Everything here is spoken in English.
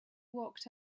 walked